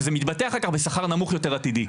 וזה מתבטא אחר כך בשכר נמוך יותר עתידי.